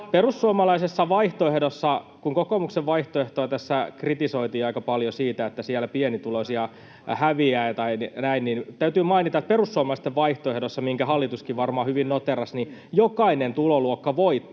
Puhutaan nyt vakavasti!] Kun kokoomuksen vaihtoehtoa tässä kritisoitiin aika paljon siitä, että siellä pienituloiset häviävät, niin täytyy mainita, että perussuomalaisten vaihtoehdossa, minkä hallituskin varmaan hyvin noteerasi, jokainen tuloluokka voittaa.